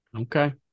Okay